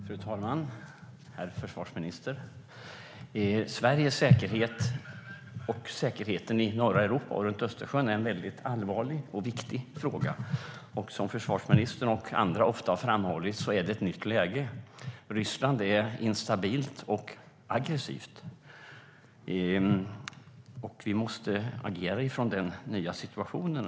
Fru talman! Herr försvarsminister! Sveriges säkerhet och säkerheten i norra Europa och runt Östersjön är en väldigt allvarlig och viktig fråga. Som försvarsministern och andra ofta har framhållit är det ett nytt läge. Ryssland är instabilt och aggressivt. Vi måste agera utifrån denna nya situation.